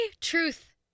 Truth